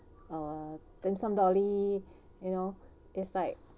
uh dim sum dolly you know it's like